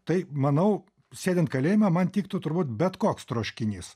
tai manau sėdint kalėjime man tiktų turbūt bet koks troškinys